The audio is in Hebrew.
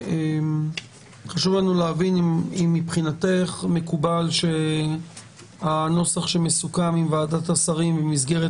חשוב לנו להבין אם מבחינתך מקובל שהנוסח שמסוכם עם ועדת השרים במסגרת